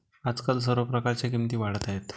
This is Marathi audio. आजकाल सर्व प्रकारच्या किमती वाढत आहेत